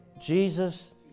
Jesus